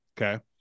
Okay